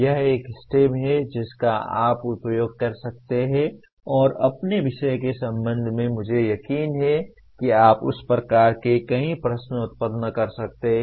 यह एक STEM है जिसका आप उपयोग कर सकते हैं और अपने विषय के संबंध में मुझे यकीन है कि आप उस प्रकार के कई प्रश्न उत्पन्न कर सकते हैं